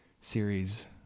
series